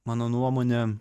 mano nuomone